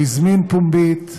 הוא הזמין פומבית,